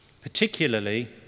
particularly